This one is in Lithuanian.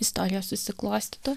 istorija susiklostytų